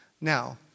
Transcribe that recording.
Now